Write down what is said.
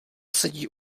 sedí